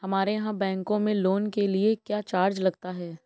हमारे यहाँ बैंकों में लोन के लिए क्या चार्ज लगता है?